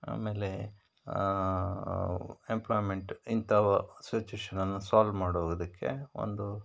ಆಮೇಲೆ ಎಂಪ್ಲಾಯ್ಮೆಂಟ್ ಇಂಥವ ಸಿಚ್ವೇಶನನ್ನು ಸಾಲ್ವ್ ಮಾಡುವುದಕ್ಕೆ ಒಂದು